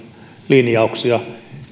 linjauksia